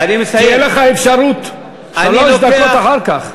תהיה לך האפשרות שלוש דקות אחר כך.